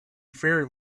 very